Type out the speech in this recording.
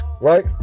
Right